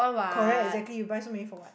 correct exactly you buy so many for what